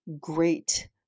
great